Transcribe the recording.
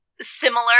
similar